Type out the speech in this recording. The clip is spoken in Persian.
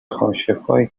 کاشفایی